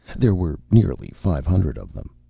there were nearly five hundred of them.